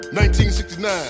1969